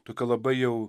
tokią labai jau